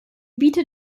bietet